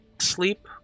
sleep